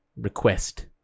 request